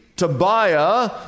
Tobiah